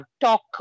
talk